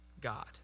God